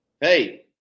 Hey